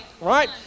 right